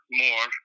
more